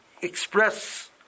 express